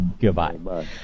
Goodbye